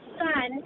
son